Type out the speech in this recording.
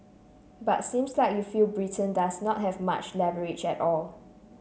but seems like you feel Britain does not have much leverage at all